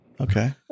Okay